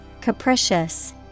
Capricious